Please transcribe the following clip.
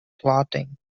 plotting